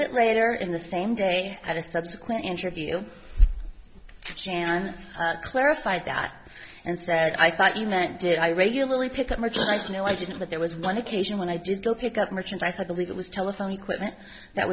bit later in the same day at a subsequent interview and i clarified that and said i thought you meant did i regularly pick up i said no i didn't but there was one occasion when i did go pick up merchandise i believe it was telephone equipment that